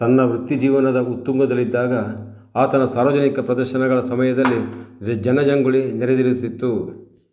ತನ್ನ ವೃತ್ತಿ ಜೀವನದ ಉತ್ತುಂಗದಲ್ಲಿದ್ದಾಗ ಆತನ ಸಾರ್ವಜನಿಕ ಪ್ರದರ್ಶನಗಳ ಸಮಯದಲ್ಲಿ ಜನ ಜಂಗುಳಿ ನೆರೆದಿರುತ್ತಿತ್ತು